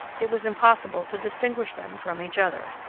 it was impossible to distinguish them from each other.